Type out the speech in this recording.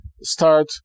Start